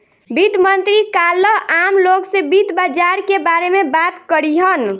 वित्त मंत्री काल्ह आम लोग से वित्त बाजार के बारे में बात करिहन